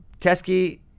Teskey